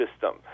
system